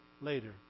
later